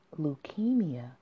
leukemia